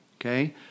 okay